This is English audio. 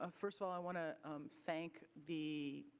ah first of all, i want to thank the